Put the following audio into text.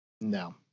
No